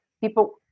people